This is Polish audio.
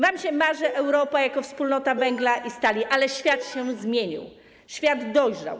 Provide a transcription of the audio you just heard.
Wam się marzy Europa jako wspólnota węgla i stali, ale świat się zmienił, świat dojrzał.